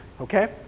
okay